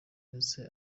ndetse